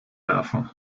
werfen